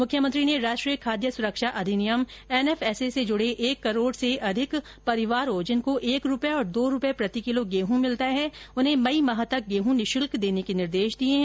मुख्यमंत्री ने राष्ट्रीय खाद्य सुरक्षा अधिनियम एनएफएसए से जुड़े एक करोड़ से अधिक परिवारों जिनको एक रूपए और दो रूपए प्रतिकिलो गेहूं मिलता है उन्हें मई माह तक गेहूं निःशुल्क दिए जाने के निर्देश दिए हैं